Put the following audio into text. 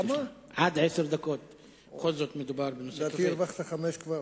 לדעתי, כבר הרווחת חמש דקות,